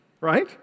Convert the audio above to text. Right